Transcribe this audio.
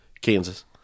Kansas